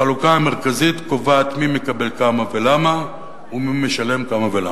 החלוקה המרכזית קובעת מי מקבל כמה ולמה ומי משלם כמה ולמה.